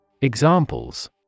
Examples